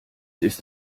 ist